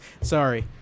Sorry